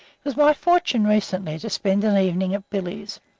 it was my fortune recently to spend an evening at billy's,